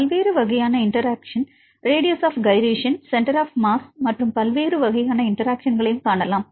பல்வேறு வகையான interaction radius of gyration centre of mass மற்றும் பல்வேறு வகையான இன்டெராக்ஷன்களையும் காணலாம்